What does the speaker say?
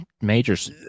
majors